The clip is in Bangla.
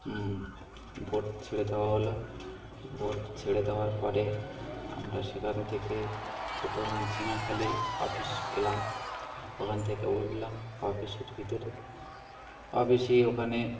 বোট ছেড়ে দেওয়া হল বোট ছেড়ে দেওয়ার পরে আমরা সেখান থেকে প্রোথম ঝিঙাখালি অফিস গেলাম ওখান থেকে বললাম অপিসের ভিতরে অপিসেই ওখানে